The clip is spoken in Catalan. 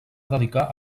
dedicar